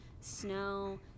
snow